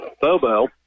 Bobo